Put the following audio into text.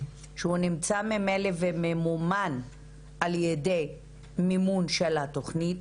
שהוא נמצא ממילא וממומן על ידי מימון של התוכנית,